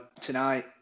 tonight